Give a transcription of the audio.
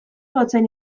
gotzain